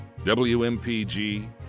WMPG